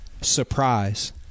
Surprise